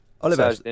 Oliver